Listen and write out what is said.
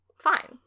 fine